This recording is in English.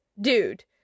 dude